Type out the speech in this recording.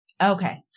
okay